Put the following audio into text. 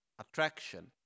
Attraction